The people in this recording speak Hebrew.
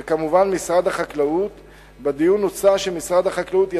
וכמובן, משרד החקלאות.